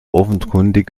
offenkundig